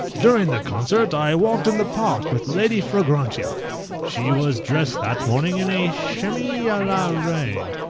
during the concert i walked in the park with lady fragrantia she was dressed that morning in a chemise a la reine.